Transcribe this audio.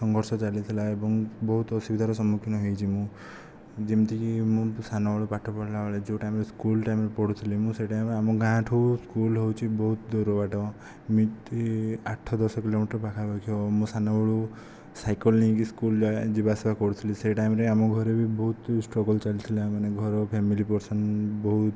ସଂଘର୍ଷ ଚାଲିଥିଲା ଏବଂ ବହୁତ ଅସୁବିଧାର ସମ୍ମୁଖୀନ ହୋଇଛି ମୁଁ ଯେମିତିକି ମୁଁ ସାନବେଳେ ପାଠ ପଢ଼ିଲା ବେଳେ ଯେଉଁ ଟାଇମରେ ସ୍କୁଲ ଟାଇମରେ ପଢ଼ୁଥିଲି ମୁଁ ସେ ଟାଇମରେ ଆମ ଗାଁ ଠାରୁ ସ୍କୁଲ ହେଉଛି ବହୁତ ଦୂର ବାଟ ଏମିତି ଆଠ ଦଶ କିଲୋମିଟର ପାଖାପାଖି ହେବ ମୁଁ ସାନବେଳୁ ସାଇକଲ ନେଇକି ସ୍କୁଲ ଯାଏ ଯିବା ଆସିବା କରୁଥିଲି ସେ ଟାଇମରେ ଆମ ଘରେ ବି ବହୁତ ଷ୍ଟ୍ରଗଲ ଚାଲିଥିଲା ମାନେ ଘର ଫ୍ୟାମିଲି ପର୍ସନ ବହୁତ